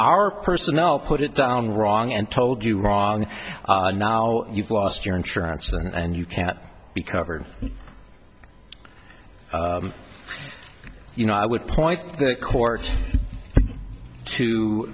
our personnel put it down wrong and told you wrong and now you've lost your insurance and you can't be covered you know i would point the court to